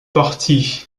partie